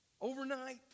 overnight